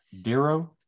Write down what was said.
dero